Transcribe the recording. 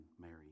Mary